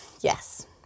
Yes